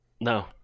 No